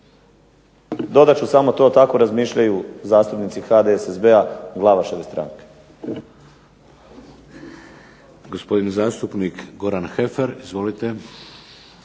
Dodat ću samo to, tako razmišljaju zastupnici HDSSB-a Glavaševe stranke.